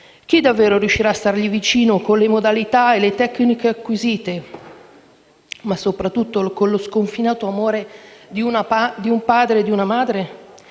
Chi davvero riuscirà a stargli vicino con le modalità e le tecniche acquisite, ma soprattutto con lo sconfinato amore di un padre e di una madre?